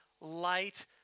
light